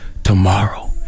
Tomorrow